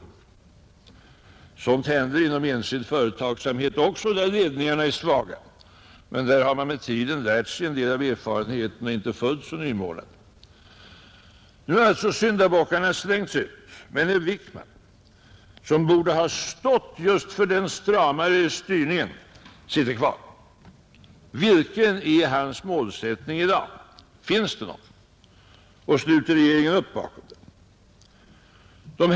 Sådant händer inom enskild företagsamhet också, där ledningarna är svaga. Men där har man med tiden lärt sig en del av erfarenheten och är inte fullt så nymornad. Nu har alltså syndabockarna slängts ut, men herr Wickman, som borde ha stått just för den stramare styrningen, sitter kvar. Vilken är hans målsättning i dag? Finns det någon? Och sluter regeringen upp bakom den?